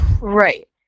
Right